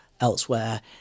elsewhere